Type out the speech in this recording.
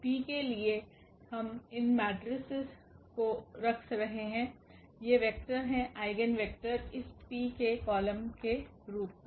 P के लिए हम इन मेट्रीसेस को रख रहे हैं ये वेक्टर हैं आइगेन वेक्टर इस P के कॉलम के रूप में